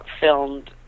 filmed